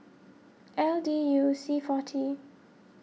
L D U C forty